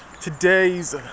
today's